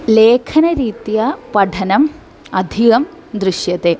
लेखनरीत्या पठनम् अधिकं दृश्यते